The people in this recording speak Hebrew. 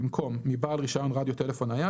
במקום "מבעל רישיון רדיו טלפון נייד"